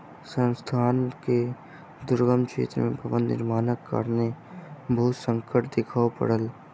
संस्थान के दुर्गम क्षेत्र में भवन निर्माणक कारणेँ बहुत संकट देखअ पड़ल